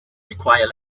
require